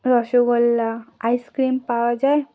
rasgulla ice cream পাওয়া যায়